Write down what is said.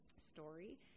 story